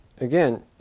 again